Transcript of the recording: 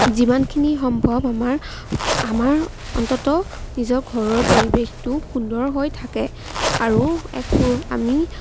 যিমানখিনি সম্ভৱ আমাৰ আমাৰ অন্ততঃ নিজৰ ঘৰৰ পৰিৱেশটো সুন্দৰ হৈ থাকে আৰু এক আমি